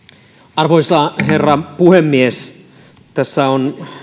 arvoisa herra puhemies tässä on